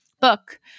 book